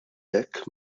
hekk